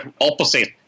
opposite